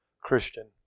Christian